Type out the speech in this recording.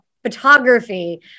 photography